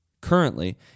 currently